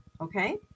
okay